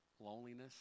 loneliness